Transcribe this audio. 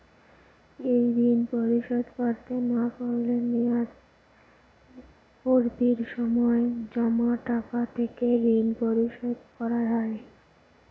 এই ঋণ পরিশোধ করতে না পারলে মেয়াদপূর্তির সময় জমা টাকা থেকে ঋণ পরিশোধ করা হয়?